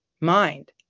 mind